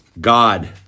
God